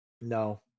No